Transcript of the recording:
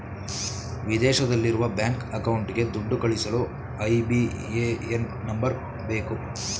ವಿದೇಶದಲ್ಲಿರುವ ಬ್ಯಾಂಕ್ ಅಕೌಂಟ್ಗೆ ದುಡ್ಡು ಕಳಿಸಲು ಐ.ಬಿ.ಎ.ಎನ್ ನಂಬರ್ ಬೇಕು